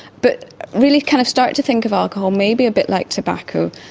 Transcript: but really kind of start to think of alcohol maybe a bit like tobacco.